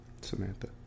Samantha